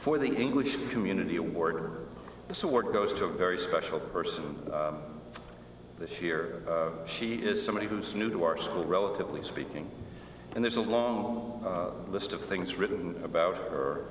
for the english community award this award goes to a very special person this year she is somebody who's new to our school relatively speaking and there's a long list of things written about her